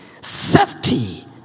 safety